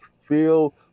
feel